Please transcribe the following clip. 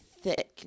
thick